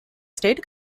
state